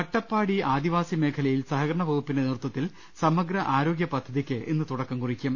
അട്ടപ്പാടി ആദിവാസി മേഖലയിൽ സഹകരണ വകുപ്പിന്റെ നേതൃത്വ ത്തിൽ സ്മഗ്ര ആരോഗ്യ പദ്ധതിക്ക് ഇന്ന് തുടക്കംകുറിക്കും